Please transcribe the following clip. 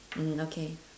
mm okay